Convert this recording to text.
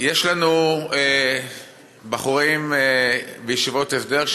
יש לנו בחורים בישיבות הסדר,